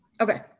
Okay